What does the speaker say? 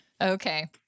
okay